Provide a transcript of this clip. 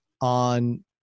on